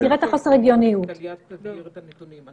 טליה תסביר את הנתונים.